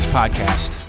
podcast